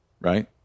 right